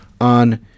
on